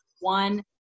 one